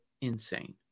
insane